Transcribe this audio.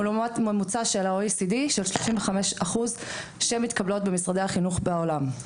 לעומת ממוצע של ה-OECD של 35% שמתקבלות במשרדי החינוך בעולם.